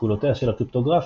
סגולותיה של הקריפטוגרפיה,